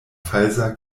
falsa